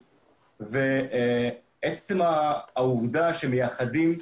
לחומרת העבירה ובהתאם לגורם שמולו צריך ליישם את העבירות.